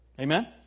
Amen